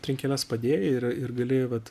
trinkeles padėjai ir ir gali vat